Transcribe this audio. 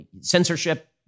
censorship